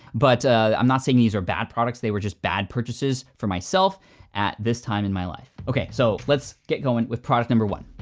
but i'm not saying these are bad products. they were just bad purchases for myself at this time in my life. okay, so let's get going with product number one.